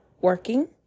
working